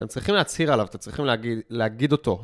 אתם צריכים להצהיר עליו, אתם צריכים להגיד אותו.